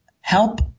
help